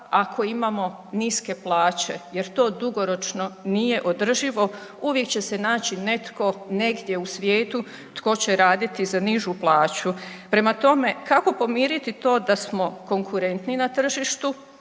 ako imamo niske plaće jer to dugoročno nije održivo, uvijek će se naći netko negdje u svijetu tko će raditi za nižu plaću. Prema tome, kako pomiriti to da smo konkurentni na tržištu